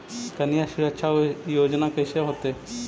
कन्या सुरक्षा योजना कैसे होतै?